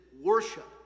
worship